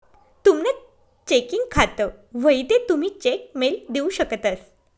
तुमनं चेकिंग खातं व्हयी ते तुमी चेक मेल देऊ शकतंस